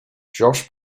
josh